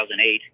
2008